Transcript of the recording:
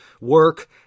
work